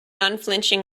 unflinching